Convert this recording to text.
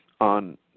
on